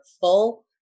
full